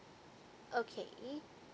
okay